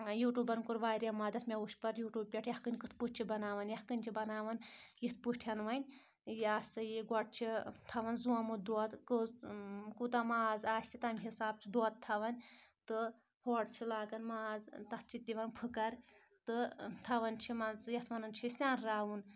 یوٗٹوٗبَن کوٚر واریاہ مَدَد مےٚ وٕچھ پَتہٕ یوٗٹیوٗب پؠٹھ یکھٕنۍ کِتھ پٲٹھۍ چھِ بَناوان یَکھٕنۍ چھِ بَناوان یِتھ پٲٹھۍ وۄنۍ یہِ ہَسا یہِ گۄڈٕ چھِ تھاوان زومُت دۄد کٔژ کوٗتاہ ماز آسہِ تَمہِ حِساب چھِ دۄد تھاوان تہٕ ہورٕ چھِ لاگان ماز تَتھ چھِ دِوان پھٕکَر تہٕ تھاوان چھِ مان ژٕ یَتھ وَنان چھِ أسۍ سیٚنراوُن